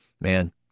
man